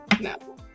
No